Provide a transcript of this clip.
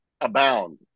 abound